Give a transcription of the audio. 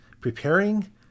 preparing